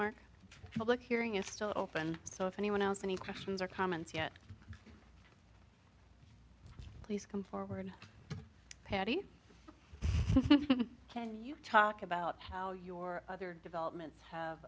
public hearing is still open so if anyone else any questions or comments yet please come forward patty you talk about how your other developments have